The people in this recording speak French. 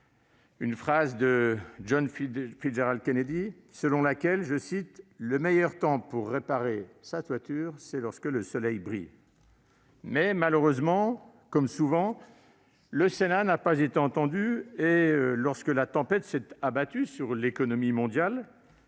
une phrase de John Fitzgerald Kennedy :« Le meilleur temps pour réparer sa toiture, c'est lorsque le soleil brille. » Malheureusement, comme souvent, le Sénat n'a pas été entendu et, lorsque la tempête s'est abattue sur l'économie mondiale